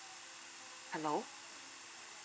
hello